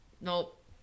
Nope